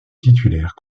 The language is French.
titulaire